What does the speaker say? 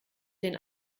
den